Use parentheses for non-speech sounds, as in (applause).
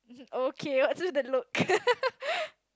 okay what's with that look (laughs)